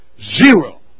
zero